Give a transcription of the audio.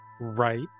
Right